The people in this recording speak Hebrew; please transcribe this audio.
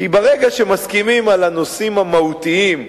כי ברגע שמסכימים על הנושאים המהותיים,